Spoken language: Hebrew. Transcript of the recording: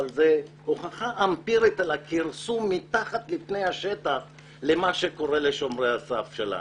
אבל זו הוכחה אמפירית לכרסום מתחת לפני השטח שקורה לשומרי הסף שלנו.